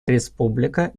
республика